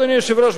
אדוני היושב-ראש,